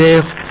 if